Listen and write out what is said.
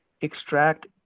extract